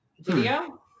Video